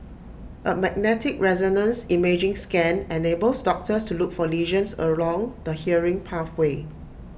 A magnetic resonance imaging scan enables doctors to look for lesions along the hearing pathway